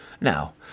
Now